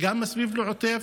וגם מסביב לעוטף,